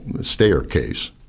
staircase